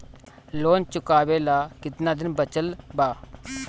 Loan चुकावे ला कितना दिन बचल बा?